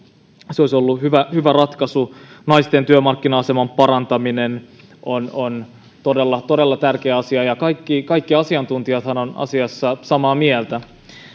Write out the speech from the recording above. se olisi ollut hyvä hyvä ratkaisu naisten työmarkkina aseman parantaminen on on todella todella tärkeä asia ja kaikki kaikki asiantuntijathan ovat asiassa samaa mieltä